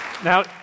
Now